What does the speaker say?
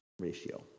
ratio